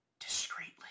discreetly